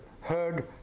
heard